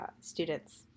students